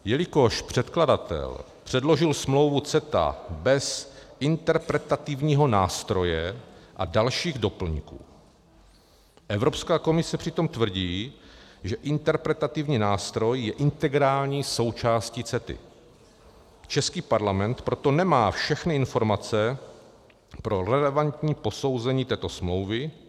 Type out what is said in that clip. Jelikož předkladatel předložil smlouvu CETA bez interpretativního nástroje a dalších doplňků, Evropská komise přitom tvrdí, že interpretativní nástroj je integrální součástí CETA, český parlament proto nemá všechny informace pro relevantní posouzení této smlouvy.